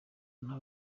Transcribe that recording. nta